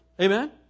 Amen